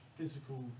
physical